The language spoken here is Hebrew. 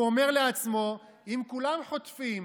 והוא אומר לעצמו: אם כולם חוטפים